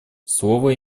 слово